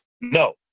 No